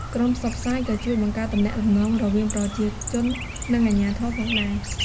ក្រុមផ្សព្វផ្សាយក៏ជួយបង្កើតទំនាក់ទំនង រវាងប្រជាជននិងអាជ្ញាធរផងដែរ។